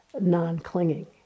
non-clinging